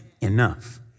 enough